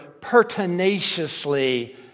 pertinaciously